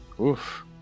Oof